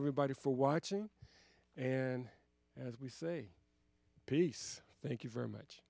everybody for watching and as we say peace thank you very much